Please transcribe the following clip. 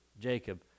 Jacob